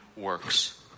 works